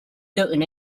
certain